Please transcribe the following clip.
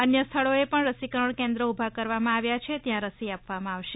અન્ય સ્થળોએ પણ રસીકરણ કેન્રોપુ ઉભા કરવામાં આવ્યા છે ત્યાં રસી આપવામાં આવશે